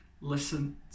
listen